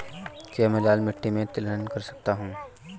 क्या मैं लाल मिट्टी में तिलहन कर सकता हूँ?